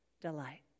delight